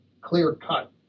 clear-cut